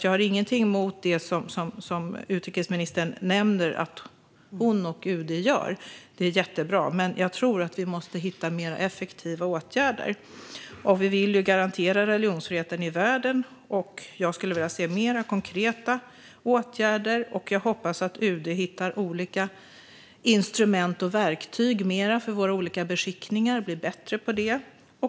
Jag har inget emot det utrikesministern och UD gör - det är jättebra - men jag tror att vi måste hitta mer effektiva åtgärder. Vi vill ju garantera religionsfriheten i världen, så jag vill se mer konkreta åtgärder. Jag hoppas att UD blir bättre på att hitta olika instrument och verktyg för våra olika beskickningar.